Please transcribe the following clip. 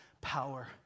power